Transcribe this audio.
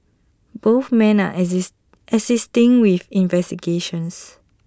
both men are assisting with investigations